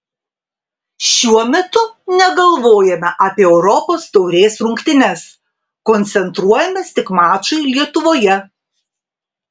šiuo metu negalvojame apie europos taurės rungtynes koncentruojamės tik mačui lietuvoje